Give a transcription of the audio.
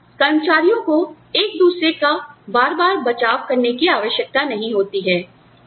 जहां कर्मचारियों को एक दूसरे का बार बार बचाव करने की आवश्यकता नहीं होती है